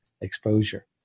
exposure